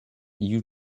you